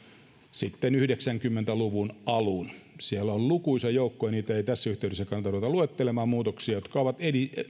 sitten yhdeksänkymmentä luvun alun siellä on lukuisa joukko muutoksia ja niitä ei tässä yhteydessä kannata ruveta luettelemaan jotka ovat